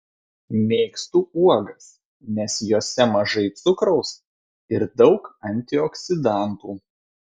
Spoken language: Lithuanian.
mėgstu uogas nes jose mažai cukraus ir daug antioksidantų